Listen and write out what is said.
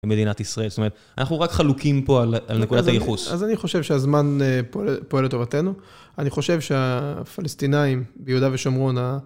מדינת ישראל, זאת אומרת, אנחנו רק חלוקים פה על נקודת היחוס. אז אני חושב שהזמן פועל לטובתנו. אני חושב שהפלסטינאים ביהודה ושומרון,